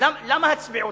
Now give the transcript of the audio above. אולי זה הוא.